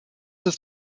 ist